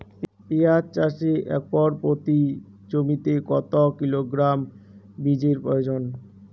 পেঁয়াজ চাষে একর প্রতি জমিতে কত কিলোগ্রাম বীজের প্রয়োজন?